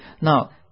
Now